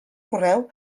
correu